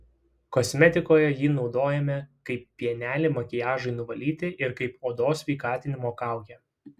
kosmetikoje jį naudojame kaip pienelį makiažui nuvalyti ir kaip odos sveikatinimo kaukę